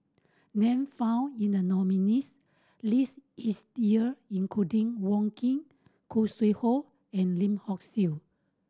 name found in the nominees' list is year including Wong Keen Khoo Sui Hoe and Lim Hock Siew